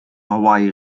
hawaï